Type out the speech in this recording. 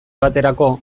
baterako